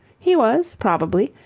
he was, probably,